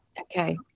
okay